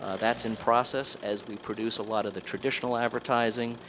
ah that's in process, as we produce a lot of the traditional advertising,